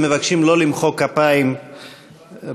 מבקשים שלא למחוא כפיים בכנסת.